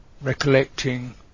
recollecting